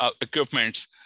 equipments